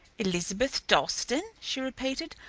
elizabeth dalstan? she repeated.